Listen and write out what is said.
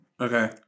Okay